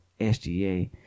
SGA